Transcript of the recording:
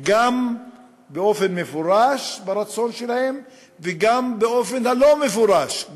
גם באופן מפורש ברצון שלהם וגם באופן הלא-מפורש.